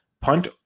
punt